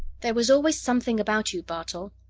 there was always something about you, bartol.